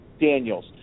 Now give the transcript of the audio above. Daniels